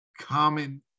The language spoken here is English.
common